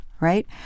right